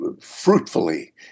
fruitfully